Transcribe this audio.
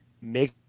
make